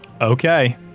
Okay